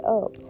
up